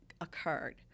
occurred